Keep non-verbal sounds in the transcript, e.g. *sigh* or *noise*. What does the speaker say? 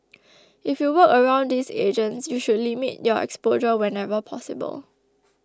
*noise* if you work around these agents you should limit your exposure whenever possible